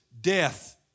death